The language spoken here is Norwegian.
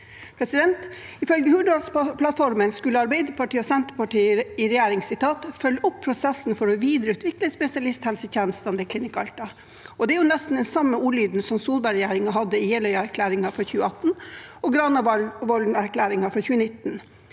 Finnmark. Ifølge Hurdalsplattformen skulle Arbeiderpartiet og Senterpartiet i regjering «følge opp prosessen for å videreutvikle spesialisthelsetjenester ved Klinikk Alta». Det er nesten den samme ordlyden som Solberg-regjeringen hadde i Jeløy-erklæringen fra 2018 og Granavolden-erklæringen fra 2019.